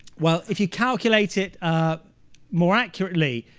well if you calculate it ah more accurately,